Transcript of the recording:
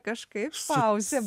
kažkaip pauzė